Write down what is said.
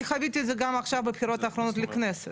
אני חוויתי את זה גם עכשיו בבחירות האחרונות לכנסת.